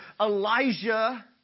Elijah